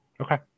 Okay